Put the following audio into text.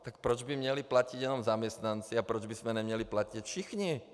Tak proč by měli platit jenom zaměstnanci a proč bychom neměli platit všichni?